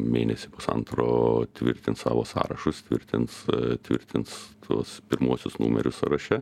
mėnesį pusantro tvirtins savo sąrašus tvirtins tvirtins tuos pirmuosius numerius sąraše